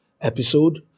episode